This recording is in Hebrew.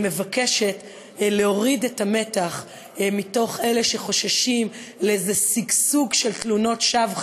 אני מבקשת להוריד את המתח מאלה שחוששים מאיזה שגשוג של תלונות שווא,